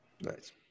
Nice